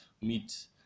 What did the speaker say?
meet